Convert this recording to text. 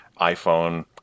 iPhone